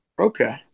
Okay